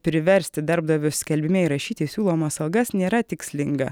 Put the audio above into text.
priversti darbdavius skelbime įrašyti siūlomas algas nėra tikslinga